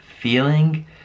feeling